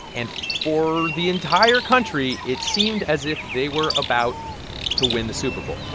and for the entire country, it seemed as if they were about to win the super bowl